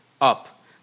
Up